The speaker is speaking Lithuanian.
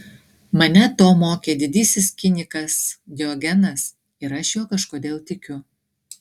mane to mokė didysis kinikas diogenas ir aš juo kažkodėl tikiu